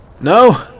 No